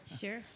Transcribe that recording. Sure